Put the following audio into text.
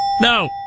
No